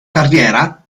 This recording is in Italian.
carriera